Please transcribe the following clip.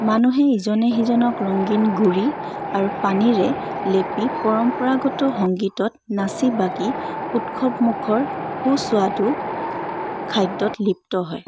মানুহে ইজনে সিজনক ৰঙীন গুড়ি আৰু পানীৰে লেপি পৰম্পৰাগত সংগীতত নাচি বাগি উৎসৱমুখৰ সুস্বাদু খাদ্যত লিপ্ত হয়